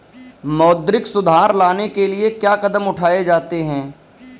मौद्रिक सुधार लाने के लिए क्या कदम उठाए जाते हैं